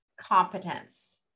competence